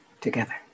together